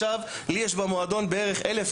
לדבר,